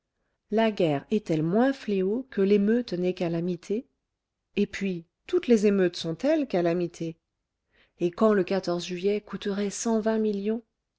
la guerre est-elle moins fléau que l'émeute n'est calamité et puis toutes les émeutes sont-elles calamités et quand le juillet coûterait